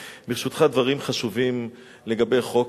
ברשותך, דברים חשובים לגבי חוק